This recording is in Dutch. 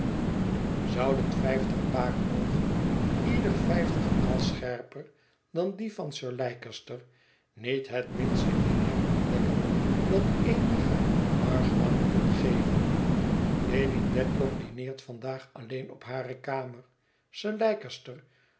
zouden vijftig paar oogen ieder vijftigmaal scherper dan die van sir leicester niet het minste in hem ontdekken dat eenigen argwaan kon geven lady dedlock dineert vandaag alleen op hare kamer sir